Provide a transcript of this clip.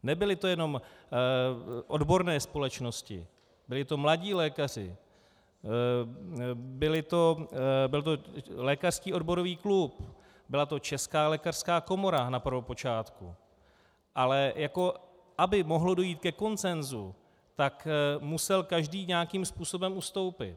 Nebyly to jenom odborné společnosti, byli to mladí lékaři, byl to Lékařský odborový klub, byla to Česká lékařská komora na prvopočátku, ale aby mohlo dojít ke konsenzu, tak musel každý nějakým způsobem ustoupit.